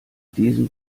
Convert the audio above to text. diesem